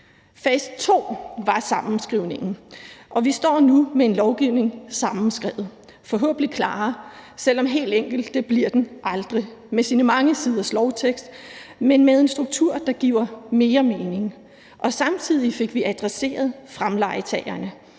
Fase 2 var sammenskrivningen, og vi står nu med en lovgivning, der er sammenskrevet og forhåbentlig klarere, selv om helt enkel bliver den med sine mange siders lovtekst aldrig, men med en struktur, der giver mere mening, og samtidig fik vi adresseret fremlejetagerne,